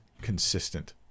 consistent